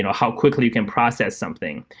and how quickly you can process something?